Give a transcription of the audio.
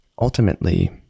ultimately